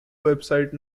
website